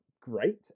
great